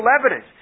evidence